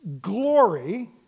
glory